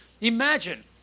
imagine